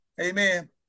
Amen